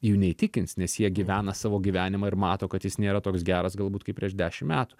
jų neįtikins nes jie gyvena savo gyvenimą ir mato kad jis nėra toks geras galbūt kaip prieš dešimt metų